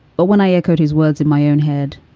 but when i echoed his words in my own head,